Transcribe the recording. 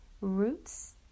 roots